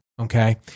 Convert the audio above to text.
Okay